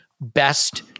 best